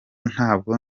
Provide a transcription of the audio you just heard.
ntabwo